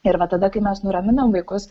ir va tada kai mes nuraminam vaikus